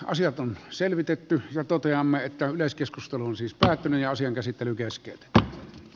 asiat on selvitetty ja toteamme että yleiskeskustelun siis päätäni asian käsittely keskeytetään